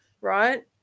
right